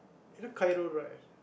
you know Khairul right